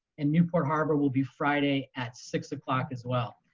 and newport harbor will be friday at six o'clock as well.